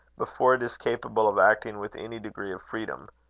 before it is capable of acting with any degree of freedom.